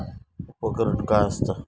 उपकरण काय असता?